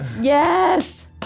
Yes